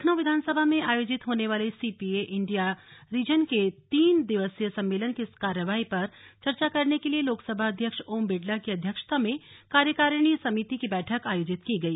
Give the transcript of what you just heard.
लखनऊ विधानसभा में आयोजित होने वाले सीपीए इंडिया रीजन के तीन दिवसीय सम्मेलन की कार्यवाही पर चर्चा करने के लिए लोकसभा अध्यक्ष ओम बिड़ला की अध्यक्षता में कार्यकारिणी समिति की बैठक आयोजित की गई